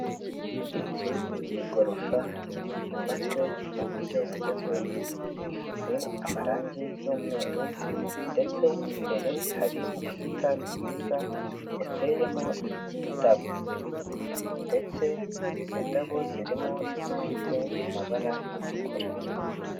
Inzu y'igorofa yubatswe mu buryo bugezweho, ifite amarangi y'umweru ndetse imbere hari ubusitani bwiza buteyemo indabo ndetse izi ndabo zirimo izifite amabara atukura.